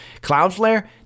Cloudflare